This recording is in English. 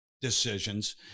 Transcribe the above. decisions